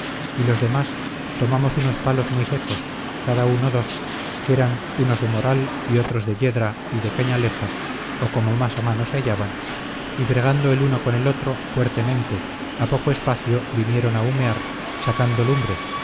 y los demás tomamos unos palos muy secos cada uno dos que eran unos de moral y otros de yedra y de cañaleja o como más a mano se hallaban y fregando el uno con el otros fuertemente a poco espacio vinieron a humear sacando lumbre